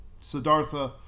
Siddhartha